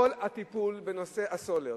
כל הטיפול בנושא הסולר,